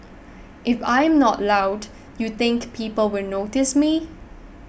if I am not loud you think people will notice me